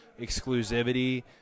exclusivity